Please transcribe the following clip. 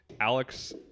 Alex